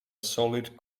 solid